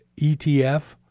ETF